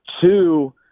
Two